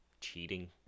cheating